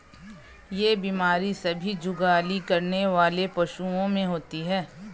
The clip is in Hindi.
यह बीमारी सभी जुगाली करने वाले पशुओं में होती है